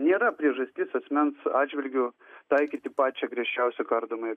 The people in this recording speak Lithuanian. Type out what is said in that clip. nėra priežastis asmens atžvilgiu taikyti pačią griežčiausią kardomąją